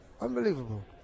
Unbelievable